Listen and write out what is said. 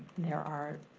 there are